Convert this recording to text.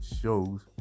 shows